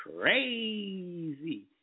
crazy